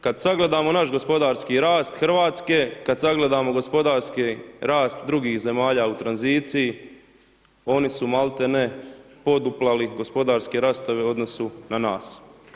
Kad sagledamo naš gospodarski rast Hrvatske, kad sagledamo gospodarski rast drugih zemalja u tranziciji, oni su maltene poduplali gospodarski rastove u odnosu na nas.